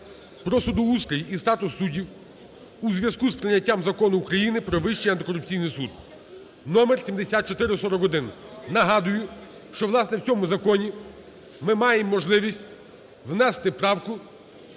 "Про судоустрій і статус суддів" у зв'язку з прийняттям Закону України "Про Вищий антикорупційний суд" (№ 7441). Нагадую, що, власне, в цьому законі ми маємо можливість внести правку